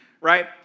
right